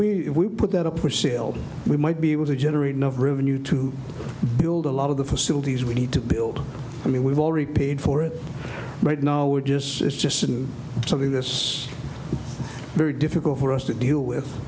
if we put that up for sale we might be able to generate enough revenue to build a lot of the facilities we need to build i mean we've already paid for it right now we're just so it's just and so this very difficult for us to deal with